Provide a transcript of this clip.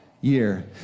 year